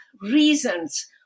reasons